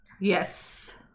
Yes